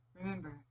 remember